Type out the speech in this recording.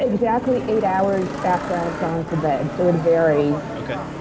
exactly eight hours after i've gone to bed. so it varies. okay.